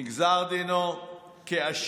נגזר דינו כאשם,